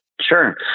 Sure